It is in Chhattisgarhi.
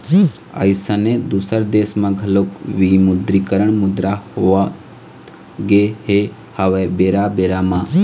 अइसने दुसर देश म घलोक विमुद्रीकरन मुद्रा होवत गे हवय बेरा बेरा म